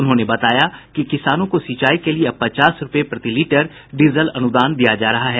उन्होंने बताया कि किसानों को सिंचाई के लिए अब पचास रूपये प्रति लीटर डीजल अनुदान दिया जा रहा है